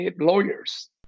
lawyers